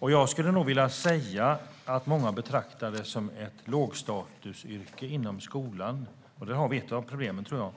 Jag skulle nog vilja säga att många betraktar det som ett lågstatusyrke inom skolan, och där har vi ett av problemen, tror jag.